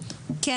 כן